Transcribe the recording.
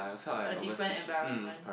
a different environment